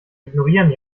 ignorieren